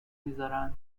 میذارن